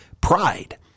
pride